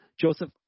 Joseph